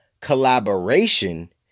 collaboration